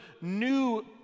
new